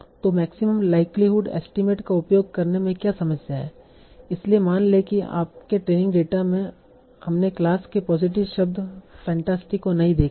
तो maximum likelihood estimate का उपयोग करने में क्या समस्या है इसलिए मान लें कि आपके ट्रेनिंग डेटा में हमने क्लास के पॉजिटिव शब्द फैंटास्टिक को नहीं देखा है